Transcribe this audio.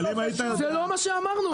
זה לא מה שאמרנו.